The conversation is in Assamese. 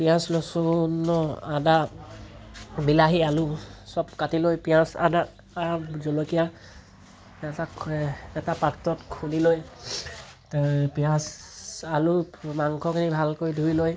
পিঁয়াজ লচুন আদা বিলাহী আলু সব কাটি লৈ পিঁয়াজ আদা জলকীয়া তাৰপাছত এটা পাত্ৰত খুন্দি লৈ পিয়াঁজ আলু মাংসখিনি ভালকৈ ধুই লৈ